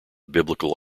biblical